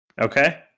okay